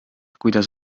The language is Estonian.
kuidas